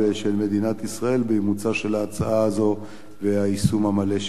של מדינת ישראל באימוצה של ההצעה הזו והיישום המלא שלה.